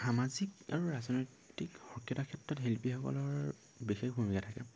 সামাজিক আৰু ৰাজনৈতিক সক্ৰিয়তাৰ ক্ষেত্ৰত শিল্পীসকলৰ বিশেষ ভূমিকা থাকে